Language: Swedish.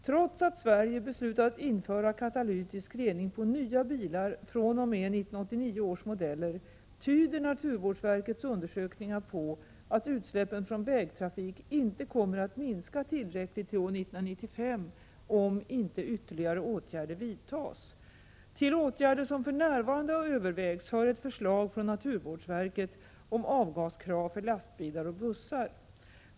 Trots att Sverige beslutat införa katalytisk rening på nya bilar fr.o.m. 1989 års modeller, tyder naturvårdsverkets undersökningar på att utsläppen från vägtrafik inte kommer att minska tillräckligt till år 1995, om inte ytterligare åtgärder vidtas. Till åtgärder som för närvarande övervägs hör ett förslag från naturvårdsverket om avgaskrav för lastbilar och bussar.